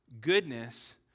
goodness